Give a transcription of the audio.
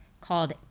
called